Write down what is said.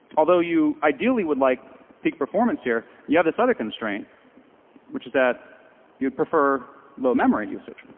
although you ideally would like peak performance here, you have this other constraint which is that you'd prefer low memory usage.